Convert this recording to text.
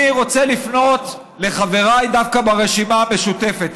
אני רוצה לפנות דווקא לחבריי ברשימה המשותפת,